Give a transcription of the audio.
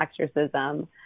exorcism